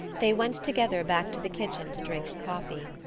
they went together back to the kitchen to drink coffee.